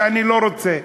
אני לא רוצה,